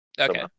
Okay